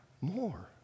more